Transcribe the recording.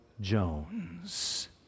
Jones